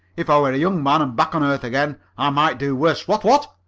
if i were a young man and back on earth again, i might do worse, what, what?